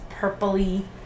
purpley